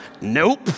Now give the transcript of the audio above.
Nope